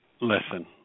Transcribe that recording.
listen